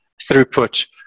throughput